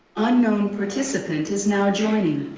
unknown participant is now joining.